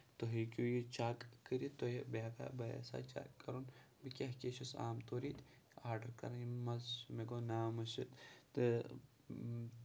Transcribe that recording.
تُہۍ ہیٚکِو یہِ چَک کٔرِتھ تُہۍ بہٕ ہٮ۪کا بہٕ یَژھا چَک کَرُن بہٕ کیٛاہ کیٛاہ چھُس عام طور ییٚتہِ آڈَر کَران ییٚمہِ منٛز مےٚ گوٚو ناو مٔشِد تہٕ